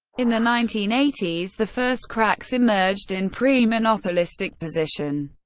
in the nineteen eighty s the first cracks emerged in pri's monopolistic position.